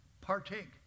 Partake